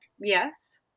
yes